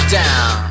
down